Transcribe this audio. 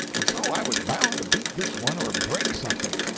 and so i was bound to beat this one or break something.